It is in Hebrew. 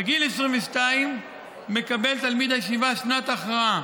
בגיל 22 מקבל תלמיד הישיבה שנת ההכרעה,